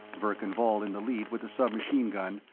verkan vall in the lead with the submachine-gun,